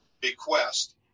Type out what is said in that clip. bequest